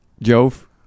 jove